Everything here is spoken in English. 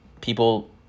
People